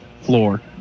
floor